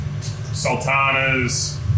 sultanas